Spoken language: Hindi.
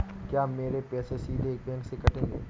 क्या मेरे पैसे सीधे बैंक से कटेंगे?